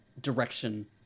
direction